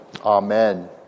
Amen